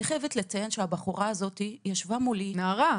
אני חייבת לציין שהבחורה הזאת ישבה מולי --- נערה,